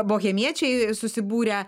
bohemiečiai susibūrę